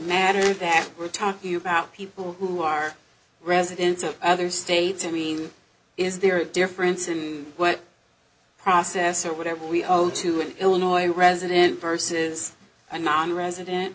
matter if that we're talking about people who are residents of other states i mean is there a difference in what process or whatever we owe to an illinois resident verses and nonresident